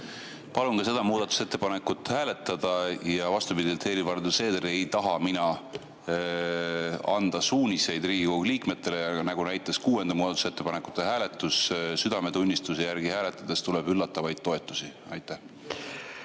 Palun ka seda muudatusettepanekut hääletada ja vastupidi Helir-Valdor Seederile ei taha mina anda suuniseid Riigikogu liikmetele. Ja nagu näitas kuuenda muudatusettepaneku hääletus, südametunnistuse järgi hääletades tuleb üllatavaid toetusi. Palun